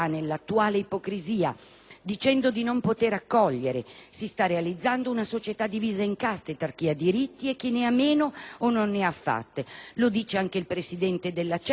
dicendo di non poter accogliere, si sta realizzando una società divisa in caste, tra chi ha diritti e chi ne ha meno, o non ne ha affatto». Lo dice anche il presidente della CEI, il cardinal Bagnasco,